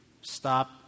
stop